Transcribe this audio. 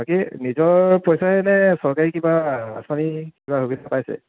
বাকী নিজৰ পইচাৰেনে চৰকাৰী কিবা আঁচনি কিবা সুবিধা পাইছে